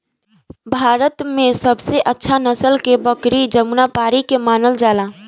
भारत में सबसे अच्छा नसल के बकरी जमुनापारी के मानल जाला